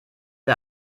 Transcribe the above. der